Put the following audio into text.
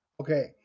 Okay